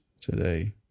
today